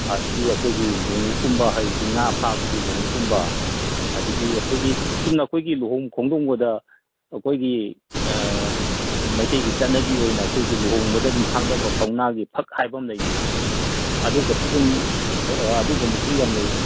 ꯑꯗꯒꯤ ꯑꯩꯈꯣꯏꯒꯤ ꯂꯣꯉꯨꯞꯀꯨꯝꯕ ꯍꯧꯖꯤꯛꯇꯤ ꯉꯥ ꯐꯥꯕꯒꯤ ꯂꯣꯉꯨꯞꯀꯨꯝꯕ ꯑꯗꯒꯤ ꯑꯩꯈꯣꯏꯒꯤ ꯆꯨꯝꯅ ꯑꯩꯈꯣꯏꯒꯤ ꯂꯨꯍꯣꯡ ꯈꯣꯡꯗꯣꯡꯕꯗ ꯑꯩꯈꯣꯏꯒꯤ ꯃꯩꯇꯩꯒꯤ ꯆꯠꯅꯕꯤ ꯑꯣꯏꯅ ꯑꯩꯈꯣꯏꯒꯤ ꯂꯨꯍꯣꯡꯕꯗ ꯑꯗꯨꯝ ꯍꯥꯞꯅꯕ ꯀꯧꯅꯥꯒꯤ ꯐꯛ ꯍꯥꯏꯕ ꯑꯃ ꯂꯩꯗꯅ ꯑꯗꯨꯒꯨꯝꯕꯁꯨ ꯌꯥꯝ ꯂꯩꯌꯦꯕ